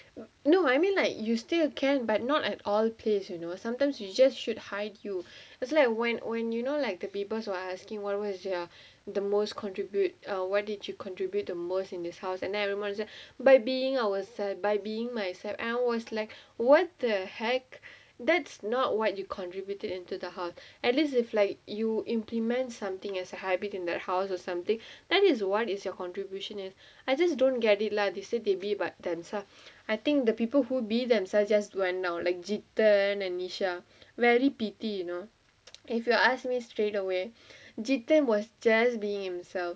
you know what I mean like you still can but not at all place you know sometimes you just should hide you that's like when when you know like the people are asking whatever as they are the most contribute or what did you contribute the most in his house and everybody just by being in the house said by being myself and was like what the heck that's not what you contributed into the heart at least if like you implement something as a habit in that house or something that is what is your contribution it I just don't get it lah they said they be but then so I think the people who be them suggest when like jithan and nisha very pity you know if you ask me straight away jithan was just being himself